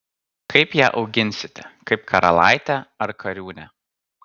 kaip ją auginsite kaip karalaitę ar kariūnę